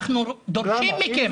אנחנו דורשים מכם --- למה?